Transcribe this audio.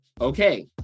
okay